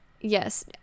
yes